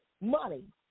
money